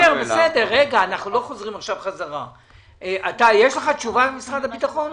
יש לך תשובה ממשרד הביטחון?